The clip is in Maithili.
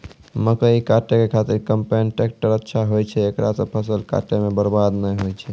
मकई काटै के खातिर कम्पेन टेकटर अच्छा होय छै ऐकरा से फसल काटै मे बरवाद नैय होय छै?